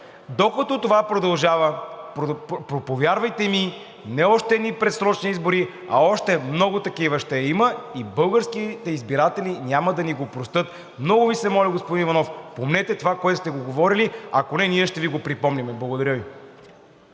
Докато това продължава, повярвайте ми, не още едни предсрочни избори, а още много такива ще има и българските избиратели няма да ни го простят. Много Ви се моля, господин Иванов, помнете това, което сте говорили, ако не, ние ще Ви го припомним. Благодаря Ви